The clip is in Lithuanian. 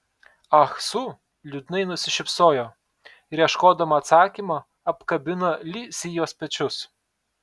ah su liūdnai nusišypsojo ir ieškodama atsakymo apkabino li sijos pečius